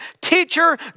Teacher